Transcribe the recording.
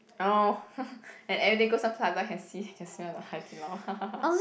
orh and everyday go Sun Plaza can see can smell the Hai-Di-Lao